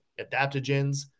adaptogens